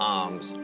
arms